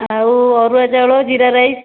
ଆଉ ଅରୁଆ ଚାଉଳ ଜିରା ରାଇସ୍